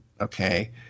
Okay